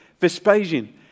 Vespasian